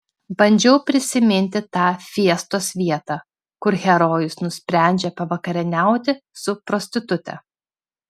bandžiau prisiminti tą fiestos vietą kur herojus nusprendžia pavakarieniauti su prostitute